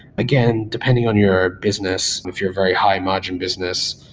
again, depending on your business, if you're a very high-margin business,